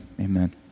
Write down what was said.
Amen